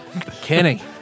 Kenny